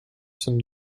some